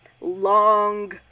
long